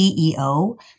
CEO